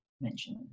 mention